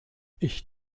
ich